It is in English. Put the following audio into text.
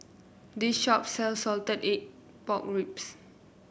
this shop sells Salted Egg Pork Ribs